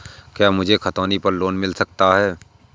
क्या मुझे खतौनी पर लोन मिल सकता है?